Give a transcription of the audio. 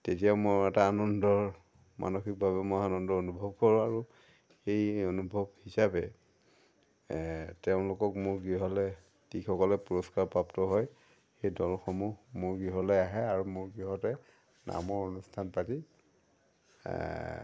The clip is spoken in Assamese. তেতিয়া মোৰ এটা আনন্দৰ মানসিকভাৱে মই আনন্দ অনুভৱ কৰোঁ আৰু সেই অনুভৱ হিচাপে তেওঁলোকক মোৰ গৃহলৈ যিসকলে পুৰস্কাৰ প্ৰাপ্ত হয় সেই দলসমূহ মোৰ গৃহলৈ আহে আৰু মোৰ গৃহতে নামৰ অনুষ্ঠান পাতি